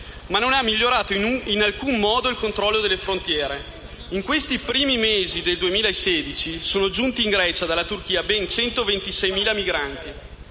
ma non ha migliorato in alcun modo il controllo delle frontiere. In questi primi mesi del 2016 sono giunti in Grecia dalla Turchia ben 126.000 migranti.